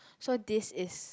so this is